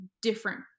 different